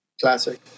Classic